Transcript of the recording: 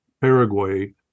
Paraguay